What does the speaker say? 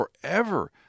forever